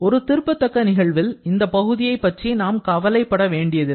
ஒரு திருப்பத்தக்க நிகழ்வில் இந்த பகுதியை பற்றி நாம் கவலைப்பட வேண்டியதில்லை